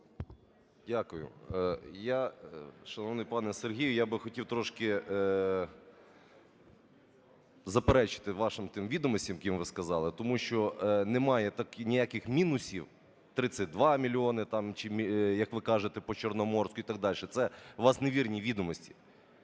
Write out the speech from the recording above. Дякую. Я, шановний пане Сергію, я би хотів трошки заперечити вашим тим відомостям, яким ви сказали, тому що немає ніяких мінусів – 32 мільйони там, як ви кажете, по Чорноморську і так дальше. Це у вас невірні відомості,